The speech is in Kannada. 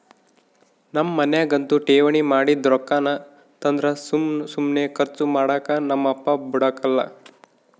ನಮ್ ಮನ್ಯಾಗಂತೂ ಠೇವಣಿ ಮಾಡಿದ್ ರೊಕ್ಕಾನ ತಂದ್ರ ಸುಮ್ ಸುಮ್ನೆ ಕರ್ಚು ಮಾಡಾಕ ನಮ್ ಅಪ್ಪ ಬುಡಕಲ್ಲ